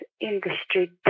industry